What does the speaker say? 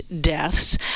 deaths